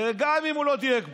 גם אם הוא לא דייק בו,